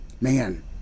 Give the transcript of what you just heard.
man